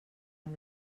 amb